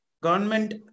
government